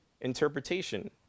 interpretation